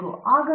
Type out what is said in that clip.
professor